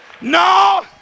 No